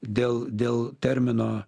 dėl dėl termino